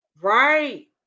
Right